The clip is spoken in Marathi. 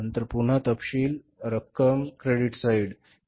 नंतर पुन्हा तपशील आणि रक्कम याला क्रेडिट साइड म्हणतात